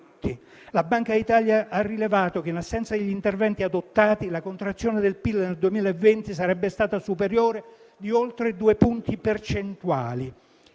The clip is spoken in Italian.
La Banca d'Italia ha rilevato che, in assenza degli interventi adottati, la contrazione del PIL nel 2020 sarebbe stata superiore di oltre due punti percentuali.